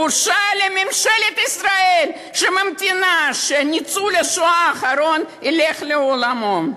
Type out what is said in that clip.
בושה לממשלת ישראל שממתינה שניצול השואה האחרון ילך לעולמו.